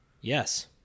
yes